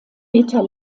meter